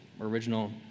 original